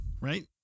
Right